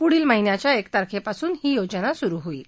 पुढील महिन्याच्या एक तारखेपासून ही योजना सुरु होईल